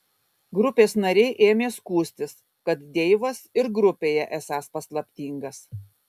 grupės nariai ėmė skųstis kad deivas ir grupėje esąs paslaptingas